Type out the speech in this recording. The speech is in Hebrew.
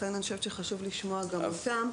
לכן אני חושבת שחשוב לשמוע גם אותם,